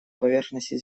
поверхности